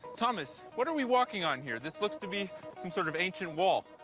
thomas, what are we walking on here? this looks to be some sort of ancient wall.